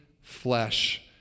flesh